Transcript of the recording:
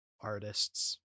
artists